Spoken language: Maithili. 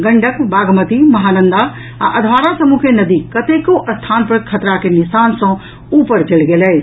गंडक बागमती महानंदा आ अधवारा समूह के नदी कतेको स्थान पर खतरा के निशान सँ ऊपर चलि गेल अछि